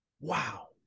Wow